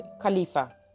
Khalifa